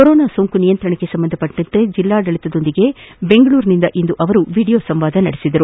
corona ಸೋಂಕು ನಿಯಂತ್ರಣಕ್ಕೆ ಸಂಬಂಧಿಸಿದಂತೆ ಜಿಲ್ಲಾಡಳಿತದೊಂದಿಗೆ ಬೆಂಗಳೂರಿನಿಂದ ಇಂದು ಅವರು ವೀಡಿಯೋ ಸಂವಾದ ನಡೆಸಿದರು